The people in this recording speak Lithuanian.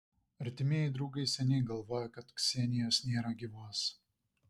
artimieji draugai seniai galvojo kad ksenijos nėra gyvos